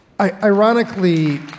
Ironically